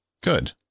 Good